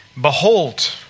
Behold